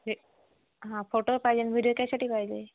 हे हा फोटो पाहिजे आणि व्हिडीओ कॅसेटही पाहिजे